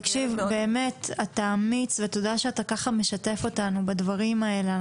אתה אמיץ, ותודה שאתה משתף אותנו בדברים האלה.